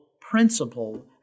principle